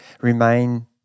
remain